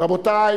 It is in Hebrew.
באותו תקציב קיים,